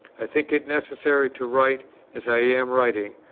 i think it necessary to write as i am writing,